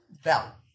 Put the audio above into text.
Bell